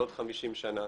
לא עוד 50 שנה.